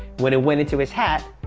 when it went into his hat,